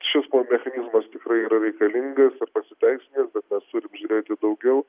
šis mum mechanizmas tikrai yra reikalingas ir pasiteisinęs bet mes turim žiūrėti daugiau